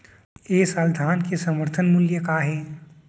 ए साल धान के समर्थन मूल्य का हे?